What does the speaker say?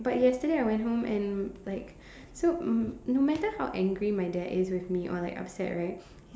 but yesterday I went home and like so um no matter how angry my dad is with me or like upset right